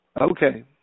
Okay